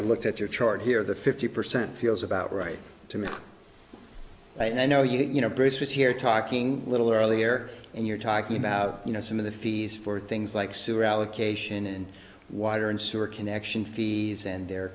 i looked at your chart here the fifty percent feels about right to me i know you know bruce was here talking a little earlier and you're talking about you know some of the fees for things like sewer allocation and water and sewer connection fees and the